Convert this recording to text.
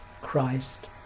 Christ